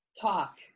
talk